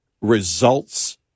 results